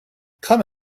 come